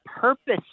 purpose